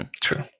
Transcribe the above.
True